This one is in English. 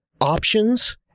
options